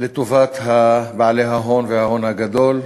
לטובת בעלי ההון וההון הגדול,